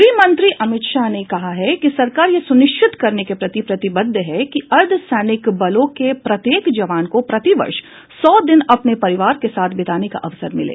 गृहमंत्री अमित शाह ने कहा है कि सरकार यह सुनिश्चित करने के प्रति प्रतिबद्ध है कि अर्द्धसैनिक बलों के प्रत्येक जवान को प्रतिवर्ष सौ दिन अपने परिवार के साथ बिताने का अवसर मिले